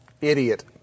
Idiot